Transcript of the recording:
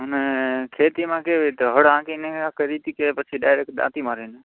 અને ખેતીમાં કેવી રીતે હળ હાંકીને કરી હતી કે પછી ડાઈરેકટ દાંતી મારીને